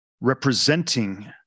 representing